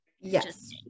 Yes